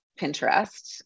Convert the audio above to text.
Pinterest